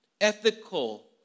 ethical